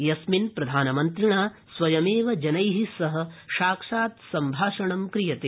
यस्मिन प्रधानमन्त्रिणा स्वयमेव जनै सह साक्षात् सम्भाषणं क्रियते